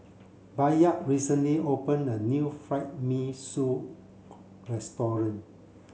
Bayard recently opened a new Fried Mee Sua restaurant